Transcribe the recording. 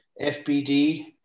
FBD